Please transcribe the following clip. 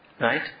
Right